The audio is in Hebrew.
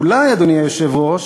אולי, אדוני היושב-ראש,